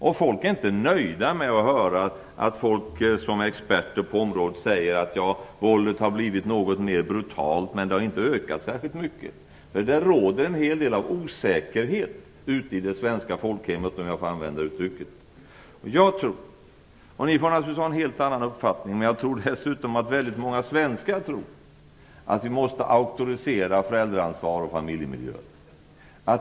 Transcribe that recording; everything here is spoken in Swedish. Människor är inte nöjda med att höra experter på området säga att våldet har blivit något mer brutalt men har inte ökat särskilt mycket. Det råder en hel del osäkerhet ute i det svenska folkhemmet, om jag får använda det uttrycket. Jag tror - ni får naturligtvis ha en annan mening - och många svenskar tror att vi måste auktorisera föräldraansvar och familjemiljö.